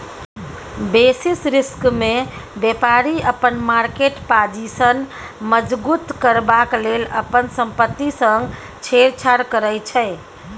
basis रिस्कमे बेपारी अपन मार्केट पाजिशन मजगुत करबाक लेल अपन संपत्ति संग छेड़छाड़ करै छै